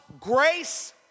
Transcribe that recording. grace